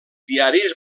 diaris